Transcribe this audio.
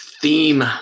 theme